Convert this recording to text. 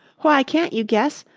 why, can't you guess,